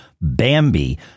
Bambi